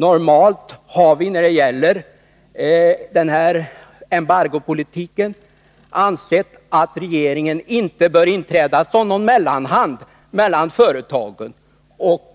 Normalt har vi när det gäller denna embargopolitik ansett att regeringen inte bör inträda som mellanhand mellan företagen och